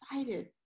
excited